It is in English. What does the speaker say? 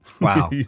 Wow